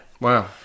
Wow